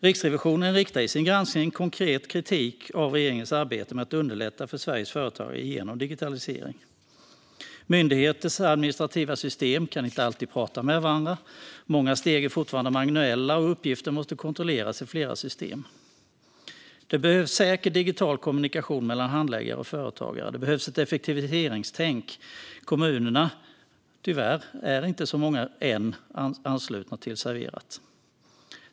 Riksrevisionen riktar i sin granskning en konkret kritik mot regeringens arbete med att underlätta för Sveriges företagare genom digitalisering. Myndigheters administrativa system kan inte alltid prata med varandra. Många steg är fortfarande manuella, och uppgifter måste kontrolleras i flera system. Det behövs säker digital kommunikation mellan handläggare och företagare. Det behövs ett effektiviseringstänk. Tyvärr är ännu inte så många kommuner anslutna till Serverat.